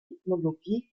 ethnologie